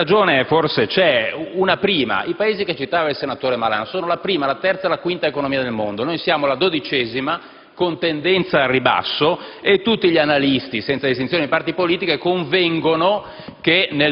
Qualche ragione forse c'è. Una prima: i Paesi che citava il senatore Malan sono la prima, la terza e la quinta economia del mondo: noi siamo la dodicesima, con tendenza al ribasso, e tutti gli analisti, senza distinzione di parti politiche, convengono